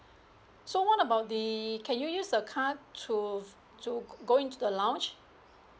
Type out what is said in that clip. so what about the can you use the card to to go into the lounge